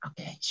okay